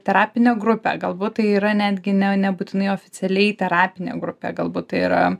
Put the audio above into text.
terapinę grupę galbūt tai yra netgi ne nebūtinai oficialiai terapinė grupė galbūt tai yra